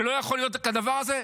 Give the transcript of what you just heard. שלא יכול להיות כדבר הזה?